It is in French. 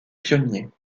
pionniers